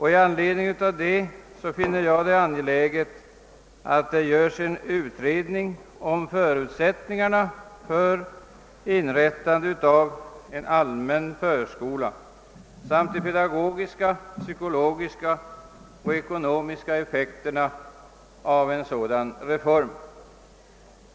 I anledning av detta finner jag det angeläget att det görs en utredning om förutsättningarna för inrättande av en allmän förskola samt om de pedagogiska, psykologiska och ekonomiska effekterna av en sådan reform.